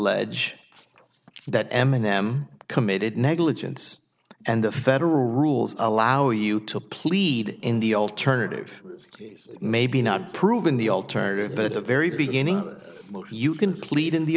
allege that m and m committed negligence and the federal rules allow you to plead in the alternative maybe not proven the alternative but at a very beginning you can plead in the